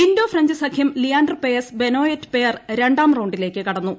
Indo French സഖ്യം Leander Paes Benoit Paire രണ്ടാം റൌണ്ടിലേക്ക് കടന്നു